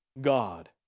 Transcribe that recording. God